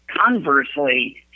conversely